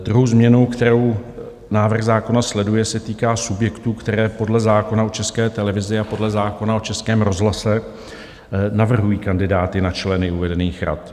Druhá změna, kterou návrh zákona sleduje, se týká subjektů, které podle zákona o České televizi a podle zákona o Českém rozhlase navrhují kandidáty na členy uvedených rad.